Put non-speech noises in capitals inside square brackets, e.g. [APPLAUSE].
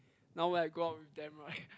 now when I go out with them right [LAUGHS]